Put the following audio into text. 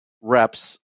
reps